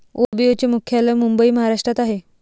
BOB चे मुख्यालय मुंबई महाराष्ट्रात आहे